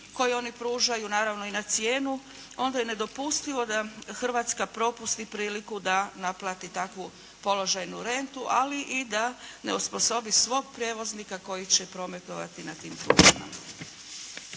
koju oni pružaju, naravno i na cijenu, onda je nedopustivo da Hrvatska propusti priliku da naplati takvu položajnu rentu. Ali i da ne osposobi svog prevoznika koji će prometovati na tim prugama.